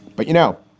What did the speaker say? but, you know,